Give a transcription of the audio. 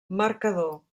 marcador